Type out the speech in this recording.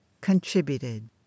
contributed